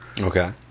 Okay